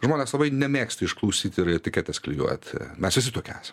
žmonės labai nemėgsta išklausyt ir etiketes klijuot mes visi tokie esam